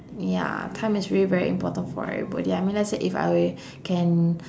ya time is really very important for everybody I mean let's say if I w~ can